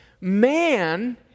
man